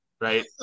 right